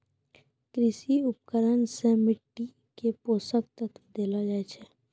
कृषि उपकरण सें मिट्टी क पोसक तत्व देलो जाय छै